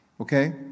okay